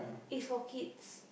is for kids